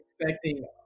expecting